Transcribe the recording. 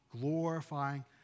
glorifying